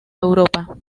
europa